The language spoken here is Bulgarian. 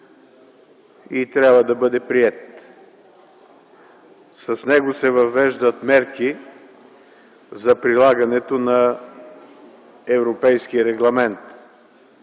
и трябва да бъде приет. С него се въвеждат мерки за прилагането на Европейския регламент.